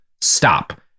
stop